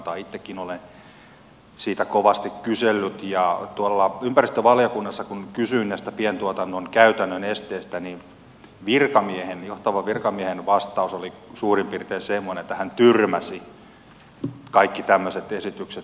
itsekin olen niistä kovasti kysellyt ja tuolla ympäristövaliokunnassa kun kysyin näistä pientuotannon käytännön esteistä niin johtavan virkamiehen vastaus oli suurin piirtein semmoinen että hän tyrmäsi kaikki tämmöiset esitykset